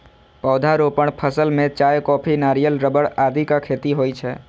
पौधारोपण फसल मे चाय, कॉफी, नारियल, रबड़ आदिक खेती होइ छै